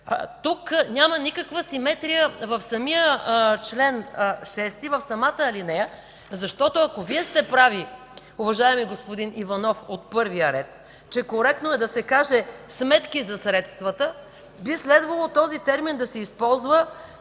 Няма никаква симетрия в самия чл. 6, в самата алинея, защото ако Вие сте прави, уважаеми господин Иванов от първия ред, че е коректно да се каже „сметки за средствата“, би следвало този термин да се използва